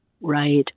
Right